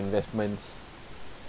investments